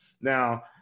Now